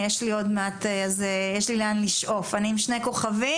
יש לי לאן לשאוף, אני עם שני כוכבים.